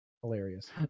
hilarious